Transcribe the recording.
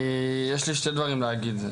יש לי שני דברים להגיד.